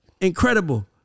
Incredible